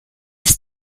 ist